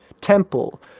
temple